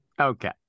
Okay